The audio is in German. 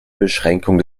beschränkung